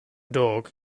dog